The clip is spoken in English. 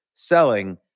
Selling